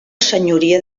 senyoria